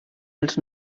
els